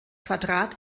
quadrat